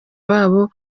babo